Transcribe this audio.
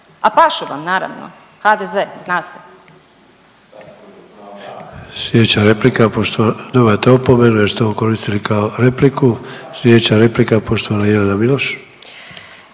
a paše vam naravno. HDZ zna se.